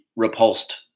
repulsed